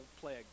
plague